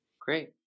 Great